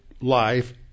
life